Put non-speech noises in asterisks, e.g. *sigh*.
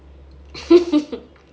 *laughs*